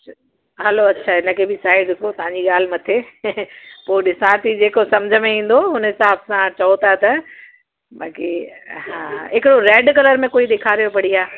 हलो अच्छा इन खे बि साइड रखो तव्हांजी ॻाल्हि मथे पोइ ॾिसां थी जेको सम्झ में ईंदो हुन हिसाब सां चओ था त बाक़ी हा हिकिड़ो रैड कलर में कोई ॾेखारियो बढ़िया